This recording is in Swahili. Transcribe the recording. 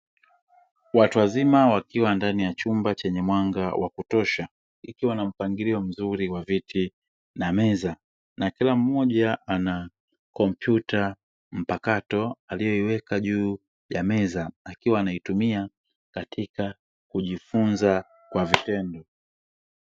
Watu wazima wakiwa ndani ya chumba chenye mwanga wa kutosha, kikiwa na mpangilio mzuri wa viti na meza na kila mmoja ana kompyuta mpakato aliyoiweka juu ya meza akiwa anaitumia katika kujifunza kwa vitendo.